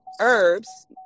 herbs